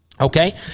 Okay